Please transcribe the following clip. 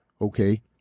okay